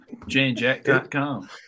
JaneJack.com